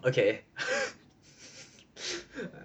okay